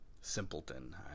simpleton